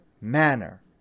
manner